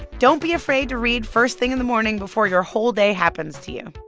don't be afraid to read first thing in the morning before your whole day happens to you.